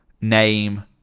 name